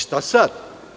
Šta sad?